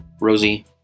Rosie